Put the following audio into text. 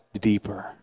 deeper